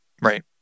Right